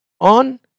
on